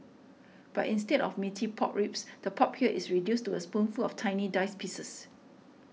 but instead of meaty pork ribs the pork here is reduced was a spoonful of tiny diced pieces